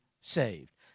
saved